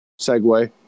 segue